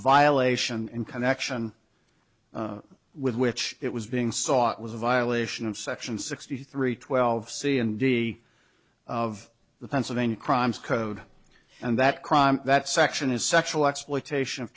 violation in connection with which it was being sought was a violation of section sixty three twelve c and d of the pennsylvania crimes code and that crime that section is sexual exploitation of